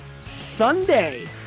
Sunday